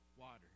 water